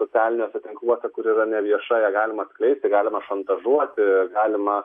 socialiniuose tinkluose kur yra nevieša ją galima atkreipti ja galima šantažuoti galima